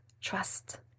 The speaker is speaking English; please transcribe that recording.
trust